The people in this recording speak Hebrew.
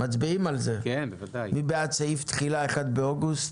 מי בעד סעיף תחילה 1 באוגוסט?